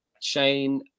Shane